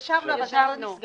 ישבנו, אבל זה עוד לא נסגר.